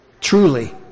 truly